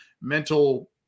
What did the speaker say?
mental